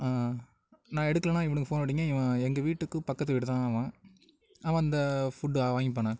நான் எடுக்கலேனா இவனுக்கு ஃபோன் அடிங்க இவன் எங்கள் வீட்டுக்கு பக்கத்து வீடு தான் அவன் அவன் இந்த ஃபுட்டு அவன் வாங்கிப்பாண்ண